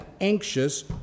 anxious